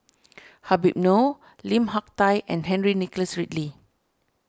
Habib Noh Lim Hak Tai and Henry Nicholas Ridley